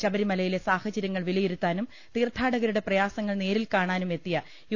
ശ ബരിമലയിലെ സാഹചര്യങ്ങൾ വിലയിരുത്താനും തീർത്ഥാടകരുടെ പ്രയാസങ്ങൾ നേരിൽ കാണാനും എത്തിയ യു